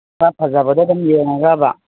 ꯈꯔ ꯐꯖꯕꯗꯣ ꯑꯗꯨꯝ ꯌꯦꯡꯉꯒꯕ